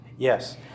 Yes